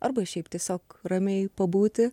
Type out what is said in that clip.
arba šiaip tiesiog ramiai pabūti